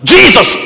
Jesus